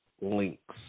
links